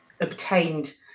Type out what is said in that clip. obtained